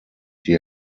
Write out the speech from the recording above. die